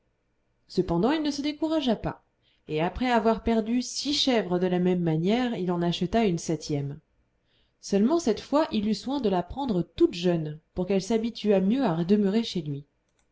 cependant il ne se découragea pas et après avoir perdu six chèvres de la même manière il en acheta une septième seulement cette fois il eut soin de la prendre toute jeune pour qu'elle s'habituât mieux à demeurer chez lui